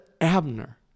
Abner